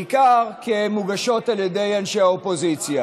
בעיקר כי הן מוגשות על ידי אנשי האופוזיציה.